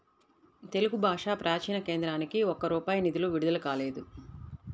తెలుగు భాషా ప్రాచీన కేంద్రానికి ఒక్క రూపాయి నిధులు విడుదల కాలేదు